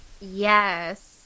Yes